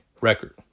record